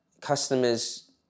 customers